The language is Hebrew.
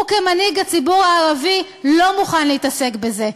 הוא כמנהיג הציבור הערבי לא מוכן להתעסק בזה.